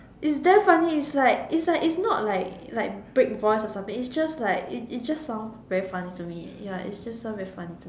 it's damn funny it's like it's like it's not like like break voice or something it's just like it it just sounds very funny to me ya it just sounds very funny to me